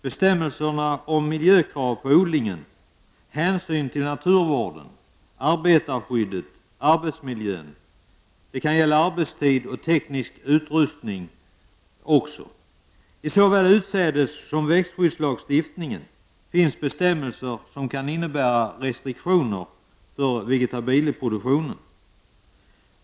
Bestämmelserna om miljökrav på odlingen, hänsyn till naturvården, arbetarskydd, arbetsmiljö, arbetstid och teknisk utrustning hör också hit. I såväl utsädes som växtskyddslagstiftningen finns bestämmelser som kan innebära restriktioner för vegetabilieproduktionen.